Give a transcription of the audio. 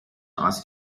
ask